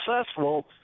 successful